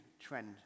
trend